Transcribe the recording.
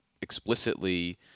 explicitly